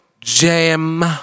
Jam